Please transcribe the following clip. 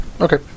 Okay